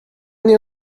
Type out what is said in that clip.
nie